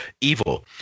evil